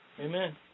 Amen